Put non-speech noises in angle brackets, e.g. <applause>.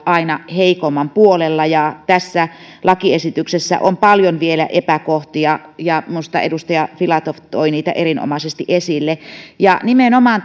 aina heikomman puolella ja tässä lakiesityksessä on paljon vielä epäkohtia ja minusta edustaja filatov toi niitä erinomaisesti esille nimenomaan <unintelligible>